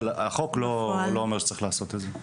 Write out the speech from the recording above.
אבל החוק לא אומר שצריך לעשות את זה.